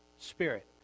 spirit